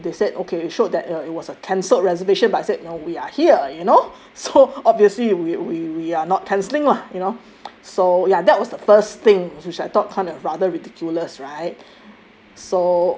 so they said okay showed that uh it was a cancelled reservation but I said no we are here you know so obviously we we we are not canceling lah you know so ya that was the first thing which I thought kind of rather ridiculous right